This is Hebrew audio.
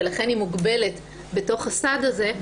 ולכן היא מוגבלת בתוך הסד הזה,